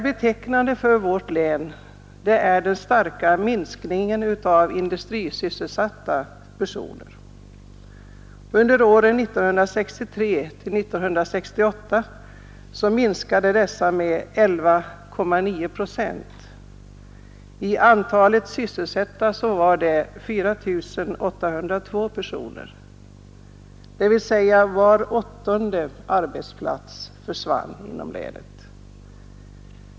Betecknande för vårt län är den starka minskningen av antalet inom industrin sysselsatta. Under åren 1963—1968 minskade antalet industrisysselsatta med 11,9 procent, dvs. med 4 802 personer. Det betyder att var åttonde arbetsplats försvann.